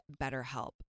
BetterHelp